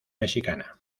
mexicana